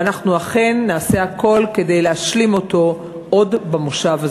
ואנחנו אכן נעשה הכול כדי להשלים אותו עוד במושב הזה.